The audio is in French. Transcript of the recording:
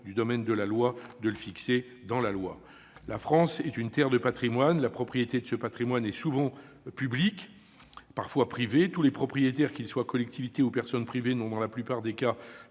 du domaine de la loi ? La France est une terre de patrimoine. La propriété de ce patrimoine est souvent publique, parfois privée. Tous les propriétaires, qu'il s'agisse de collectivités ou de personnes privées, n'ont pas, dans la plupart des cas,